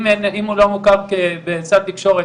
אם הוא לא מוכר בסל תקשורת,